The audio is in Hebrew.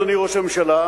אדוני ראש הממשלה,